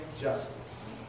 justice